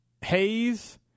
Hayes